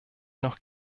noch